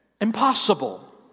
Impossible